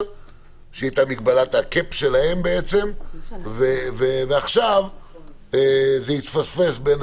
שהיא הייתה מקבלת ה-קפ שלהם ועכשיו זה התפספס.